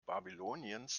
babyloniens